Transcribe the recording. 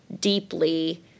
deeply